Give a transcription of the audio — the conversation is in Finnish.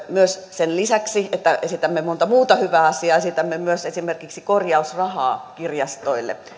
sen lisäksi että esitämme monta muuta hyvää asiaa myös esimerkiksi korjausrahaa kirjastoille